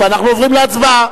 ואנחנו עוברים להצבעה.